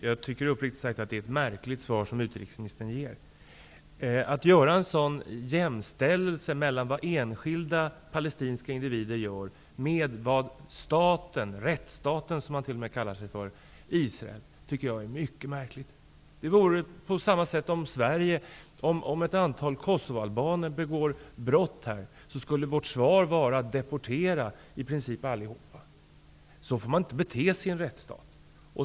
Fru talman! Uppriktigt sagt är det ett märkligt svar som utrikesministern ger. Att jämställa enskilda palestiniers handlanden med rättsstatens Israels agerande är mycket märkligt. Det vore precis som att vi i Sverige skulle deportera alla kosovoalbaner bara för att ett antal kosovoalbaner har begått brott här. Så får man inte bete sig i en rättsstat.